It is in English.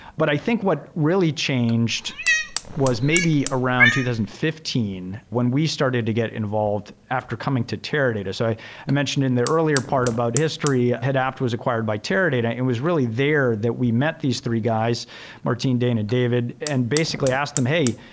but i think what really changed was maybe around two thousand and fifteen when we started to get involved after coming to teradata. so i mentioned in their earlier part about history, hadapt was acquired by teradata. it was really there that we met these three guys martin, dain and david, and basically asked them, hey,